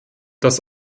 dass